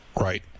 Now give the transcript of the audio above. Right